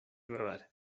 ببره